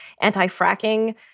anti-fracking